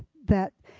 that